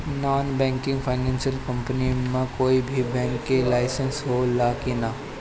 Non banking financial company मे कोई भी बैंक के लाइसेन्स हो ला कि ना?